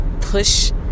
push